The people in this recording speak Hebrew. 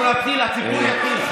אנחנו נתחיל, הטיפול יתחיל.